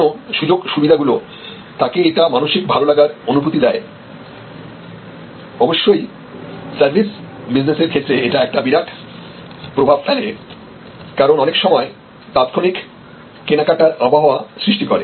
কাস্টমারের জন্য সুযোগ সুবিধাগুলো তাকে এটা মানসিক ভালোলাগার অনুভূতি দেয় অবশ্যই সার্ভিস বিজনেসের ক্ষেত্রে এটা একটা বিরাট প্রভাব ফেলে কারণ অনেক সময় তাৎক্ষণিক কেনাকাটার আবহাওয়ার সৃষ্টি করে